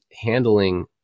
handling